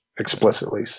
explicitly